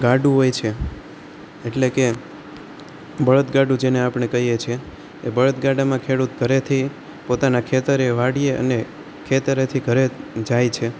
ગાડું હોય છે એટલે કે બળદગાડું જેને આપણે કહીએ છે એ બળદગાડામાં ખેડૂત ઘરેથી પોતાનાં ખેતરે વાડીએ અને ખેતરેથી ઘરે જાય છે